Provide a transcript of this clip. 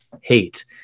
hate